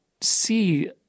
see